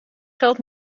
geld